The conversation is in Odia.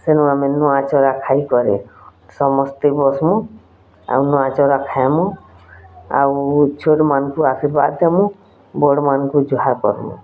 ସେନୁ ଆମେ ନୂଆ ଚୂଡ଼ା ଖାଇକରି ସମସ୍ତେ ବସ୍ମୁ ଆଉ ନୂଆ ଚୂଡ଼ା ଖାଏମୁ ଆଉ ଛୋଟ୍ମାନ୍କୁ ଆଶୀର୍ବାଦ ଦେମୁ ବଡ଼୍ମାନ୍କୁ ଜୁହାର୍ କର୍ମୁ